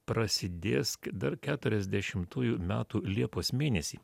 prasidės dar keturiasdešimtųjų metų liepos mėnesį